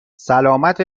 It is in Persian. سلامت